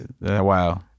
Wow